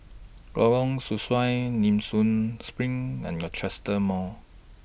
Lorong Sesuai Nee Soon SPRING and Rochester Mall